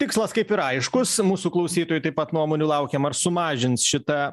tikslas kaip ir aiškus mūsų klausytojų taip pat nuomonių laukiama ar sumažins šitą